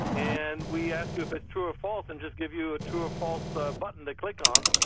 and we ask you if it's true or false and just give you a true or false ah button to clock on,